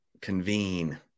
convene